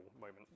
moment